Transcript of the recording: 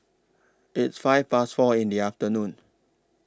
its five Past four in The afternoon